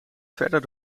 verder